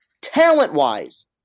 talent-wise